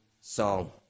song